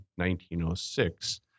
1906